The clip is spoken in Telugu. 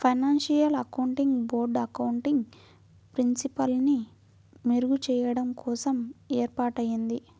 ఫైనాన్షియల్ అకౌంటింగ్ బోర్డ్ అకౌంటింగ్ ప్రిన్సిపల్స్ని మెరుగుచెయ్యడం కోసం ఏర్పాటయ్యింది